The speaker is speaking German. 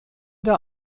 der